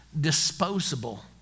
disposable